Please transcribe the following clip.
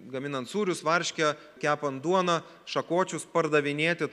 gaminant sūrius varškę kepant duoną šakočius pardavinėti